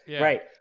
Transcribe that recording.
Right